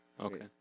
okay